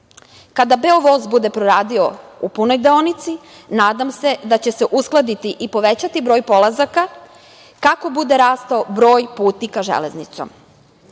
„Beovoz“ bude proradio u punoj deonici, nadam se da će se uskladiti i povećati broj polazaka kako bude rastao broj putnika železnicom. Srbija